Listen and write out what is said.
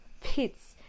pits